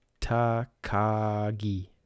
Takagi